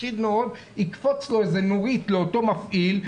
תקפוץ נורית לאותו מפעיל,